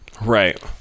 right